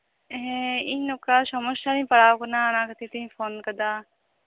ᱦᱮᱸ ᱤᱧ ᱱᱚᱝᱠᱟ ᱥᱚᱢᱚᱥᱥᱟ ᱨᱤᱧ ᱯᱟᱲᱟᱣ ᱠᱟᱱᱟ ᱚᱱᱟ ᱠᱷᱹᱛᱤᱨ ᱛᱤᱧ ᱯᱷᱳᱱ ᱠᱟᱫᱟ